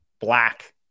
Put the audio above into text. black